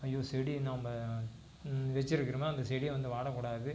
ஐயோ செடி நம்ம வச்சிருக்குறோமே அந்தச் செடியை வந்து வாடக்கூடாது